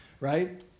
right